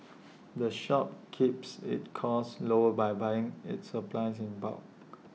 the shop keeps its costs lower by buying its supplies in bulk